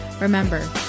Remember